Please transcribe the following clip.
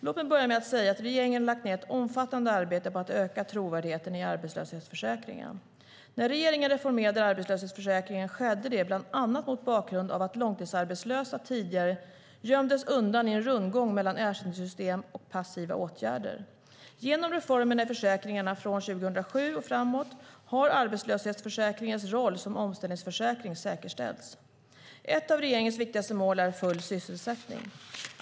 Låt mig börja med att säga att regeringen har lagt ned ett omfattande arbete på att öka trovärdigheten i arbetslöshetsförsäkringen. När regeringen reformerade arbetslöshetsförsäkringen skedde det bland annat mot bakgrund av att långtidsarbetslösa tidigare gömdes undan i en rundgång mellan ersättningssystem och passiva åtgärder. Genom reformerna i försäkringarna från 2007 och framåt har arbetslöshetsförsäkringens roll som omställningsförsäkring säkerställts. Ett av regeringens viktigaste mål är full sysselsättning.